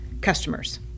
customers